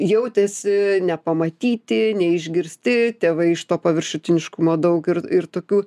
jautėsi nepamatyti neišgirsti tėvai iš to paviršutiniškumo daug ir ir tokių